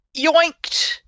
yoinked